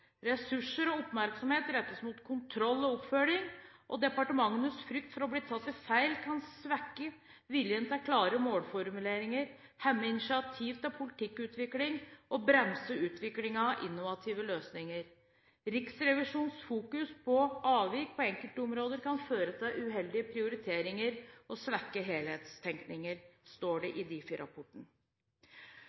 Ressurser og oppmerksomhet rettes mot kontroll og oppfølging, og departementenes frykt for å bli tatt i feil kan svekke viljen til klare målformuleringer, hemme initiativ til politikkutvikling og bremse utvikling av innovative løsninger. Riksrevisjonens fokusering på avvik på enkeltområder kan føre til uheldige prioriteringer og svekke